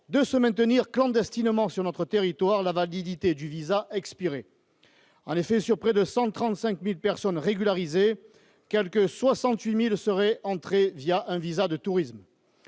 de se maintenir clandestinement sur notre territoire une fois la validité du visa expirée. En effet, sur près de 135 000 personnes régularisées, quelque 68 000 seraient entrées un visa de tourisme.